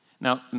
Now